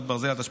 התשפ"ד,